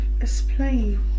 explain